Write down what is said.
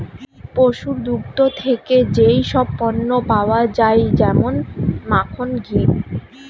পশুর দুগ্ধ থেকে যেই সব পণ্য পাওয়া যায় যেমন মাখন, ঘি